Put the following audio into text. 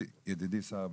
ידידי שר הביטחון,